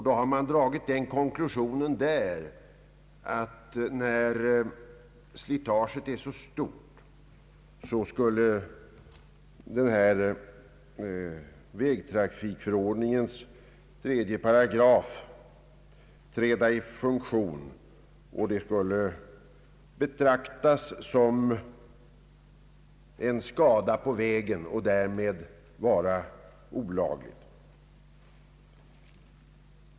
Då har man dragit den konklusionen att eftersom slitaget är så stort skulle vägtrafikförordningens 3 § träda i funktion. Användandet av dubbar på bildäck skulle betraktas som en skada på vägen och därmed vara olagligt.